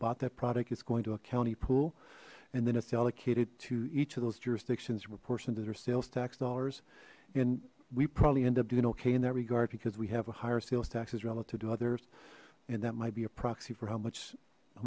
bought that product is going to a county pool and then it's allocated to each of those jurisdictions in proportion to their sales tax dollars and we probably end up doing okay in that regard because we have a higher sales taxes relative to others and that might be a proxy for how much how